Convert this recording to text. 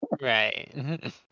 Right